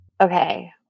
Okay